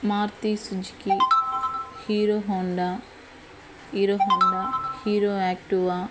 Maruti Suzuki Hero Honda Hero Honda Hero Activa